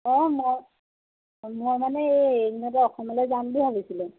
অ' মই মই মানে এই একেইদিনতে অসমলৈ যাম বুলি ভাবিছিলোঁ